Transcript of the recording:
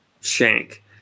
shank